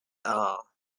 are